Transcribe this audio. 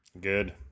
Good